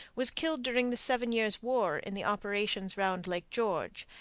was killed during the seven years' war in the operations round lake george,